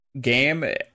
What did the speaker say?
game